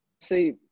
see